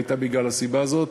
הייתה הסיבה הזאת: